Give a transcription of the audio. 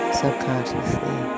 subconsciously